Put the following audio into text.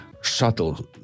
Shuttle